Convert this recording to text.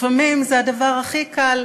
לפעמים זה הדבר הכי קל,